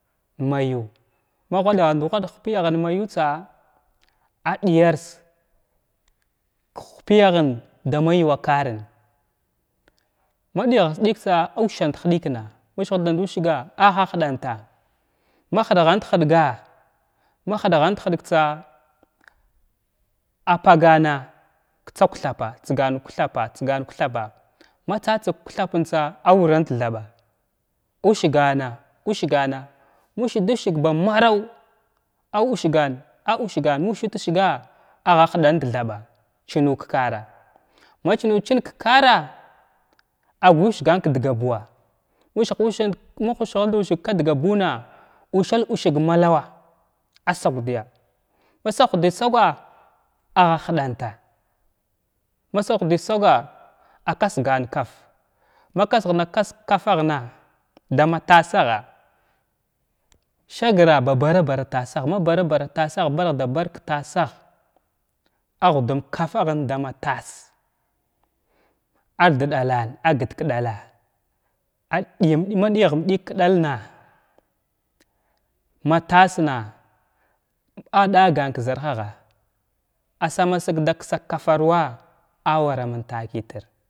Ayu ma ghwaɗgant ghwaɗga ka hupyahən ma yu tsa a ɗəyars ka hupyahən dama yuwa karən ma ɗəghras ɗagtsa a wəsant hədikəna ma wəgant wəsga ahɗant ma həɗgant hədga ma həɗgant həɗgtsa apagana ka tsakthapa tsagan kthapa tsrgan kthana tsagan ma tsagəg kthapantsa a wurat thaɓa usgana, usgana usgət wusəg ba marav awusgan usgan ma ustəg wusga agha hɗant thaɓa tsnu kara ma tsmu tsəng kara agha wasgan ka daga ɓuwa ushə sig ma wusgant wusg la daga buuna ustant usig marawa asukdəya ma suk dəy sugwa agha həɗanta ma suhdəy sugwa a kasgan kafa ma kas nga kasg kafa nay dama tasgha sagra ba baru barai, tasa ha ma bara bara tasagka bark da barg ksag a hudum kafahən dama tash ad ɗalan apt k ɗala aɗyəm ma ɗiyghət ɗig ka ɗalna a tsna a ɗagan ka zarhaha asamasəg ɗa ksakafaruwa amana mən ta kətir.